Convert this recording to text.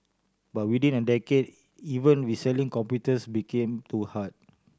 but within a decade even reselling computers became too hard